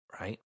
right